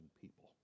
people